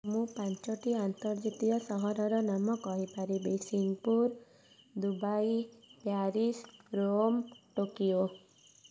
ମୁଁ ପାଞ୍ଚଟି ଆନ୍ତର୍ଜାତୀୟ ସହରର ନାମ କହିପାରିବି Singapore Dubai Paris Rome Tokyo